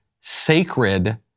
sacred